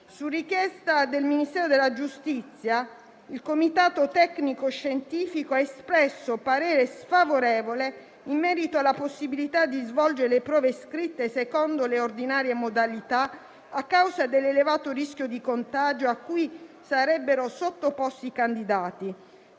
Su richiesta del Ministero della giustizia il Comitato tecnico-scientifico ha espresso parere sfavorevole in merito alla possibilità di svolgere le prove scritte secondo le ordinarie modalità, a causa dell'elevato rischio di contagio a cui sarebbero sottoposti i candidati.